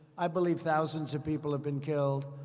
i believe thousands of people have been killed.